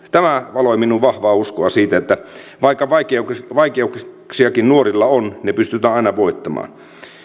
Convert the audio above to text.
tämä valoi minuun vahvaa uskoa siitä että vaikka vaikeuksiakin nuorilla on ne pystytään aina voittamaan